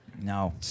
No